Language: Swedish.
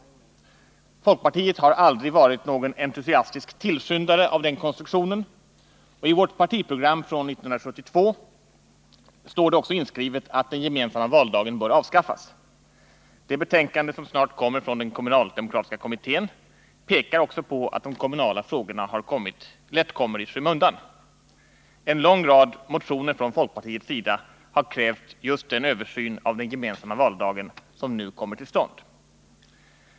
Folkpartiet har aldrig varit någon entusiastisk tillskyndare av den konstruktionen, och i vårt partiprogram från 1972 står det också inskrivet att den gemensamma valdagen bör avskaffas. Det betänkande som snart kommer från den kommunaldemokratiska kommittén pekar också på att de kommunala frågorna lätt kommer i skymundan. En lång rad motioner från folkpartiets sida har krävt just den översyn av den gemensamma valdagen som nu kommer till stånd.